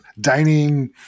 dining